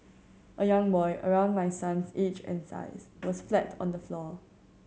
a young boy around my son's age and size was flat on the floor